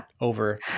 over